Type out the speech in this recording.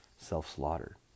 Self-slaughter